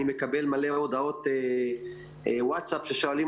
אני מקבל הרבה הודעות וואטסאפ ששואלים